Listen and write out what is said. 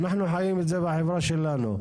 אנחנו חיים את זה בחברה שלנו.